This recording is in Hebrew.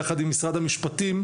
יחד עם משרד המשפטים,